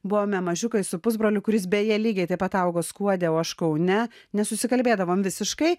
buvome mažiukai su pusbroliu kuris beje lygiai taip pat augo skuode o aš kaune nesusikalbėdavom visiškai